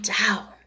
down